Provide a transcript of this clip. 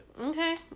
Okay